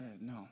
no